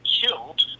killed